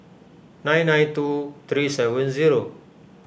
nine nine two three seven zero